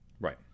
Right